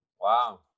Wow